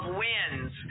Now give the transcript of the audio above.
wins